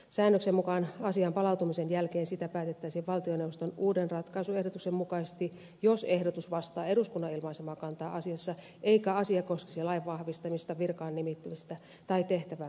säännöksen mukaan asian palautumisen jälkeen siitä päätettäisiin valtioneuvoston uuden ratkaisuehdotuksen mukaisesti jos ehdotus vastaa eduskunnan ilmaisemaa kantaa asiassa eikä asia koskisi lain vahvistamista virkaan nimittämistä tai tehtävään määräämistä